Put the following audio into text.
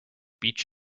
beach